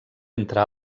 entre